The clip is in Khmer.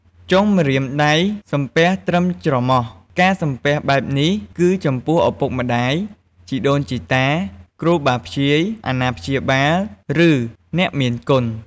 ចុងម្រាមដៃសំពះត្រឹមច្រមុះ ការសំពះបែបនេះ គឺចំពោះឳពុកម្តាយ ជីដូនជីតា គ្រូបាធ្យាយ អាណាព្យាបាល ឬ អ្នកមានគុណ។